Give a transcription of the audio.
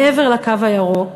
מעבר לקו הירוק,